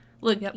Look